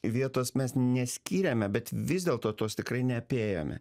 vietos mes neskyrėme bet vis dėl to tos tikrai neapėjome